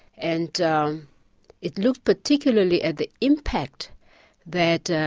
and ah um it looked particularly at the impact that